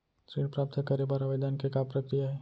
ऋण प्राप्त करे बर आवेदन के का प्रक्रिया हे?